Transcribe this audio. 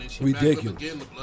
Ridiculous